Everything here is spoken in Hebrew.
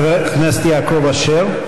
חבר הכנסת יעקב אשר.